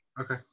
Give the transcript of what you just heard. Okay